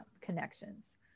connections